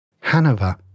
Hanover